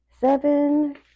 Seven